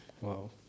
Wow